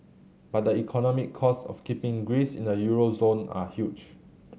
but the economic cost of keeping Greece in the euro zone are huge